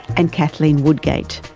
and kathleen woodgate.